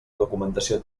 documentació